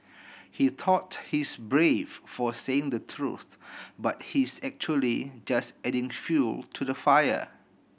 he thought he's brave for saying the truth but he's actually just adding fuel to the fire